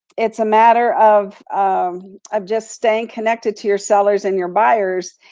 it's a matter of um um just staying connected to your sellers and your buyers,